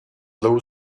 low